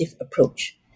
approach